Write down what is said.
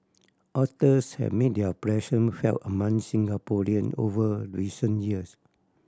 otters have made their presence felt among Singaporean over recent years